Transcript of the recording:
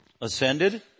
Ascended